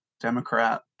Democrat